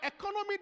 economy